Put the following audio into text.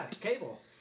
Cable